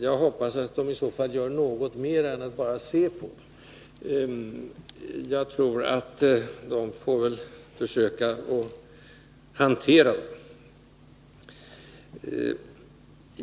Jag hoppas att utredningen gör något mera än att bara se på dem. Utredningen får väl försöka att hantera dem.